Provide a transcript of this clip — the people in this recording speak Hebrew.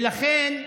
ולכן,